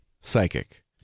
psychic